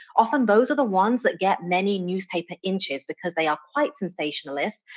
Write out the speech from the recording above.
often those are the ones that get many newspaper inches because they are quite sensationalist.